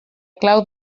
clau